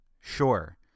sure